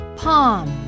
palm